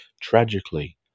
tragically